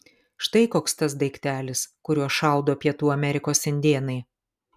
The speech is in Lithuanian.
štai koks tas daiktelis kuriuo šaudo pietų amerikos indėnai